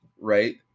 right